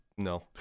No